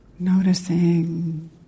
noticing